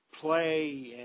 play